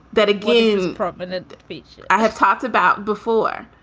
that, again, prominent feature i have talked about before.